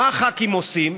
מה הח"כים עושים?